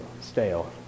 stale